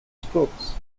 strokes